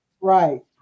Right